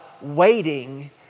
waiting